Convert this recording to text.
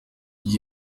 gihe